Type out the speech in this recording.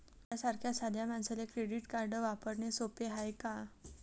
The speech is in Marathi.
माह्या सारख्या साध्या मानसाले क्रेडिट कार्ड वापरने सोपं हाय का?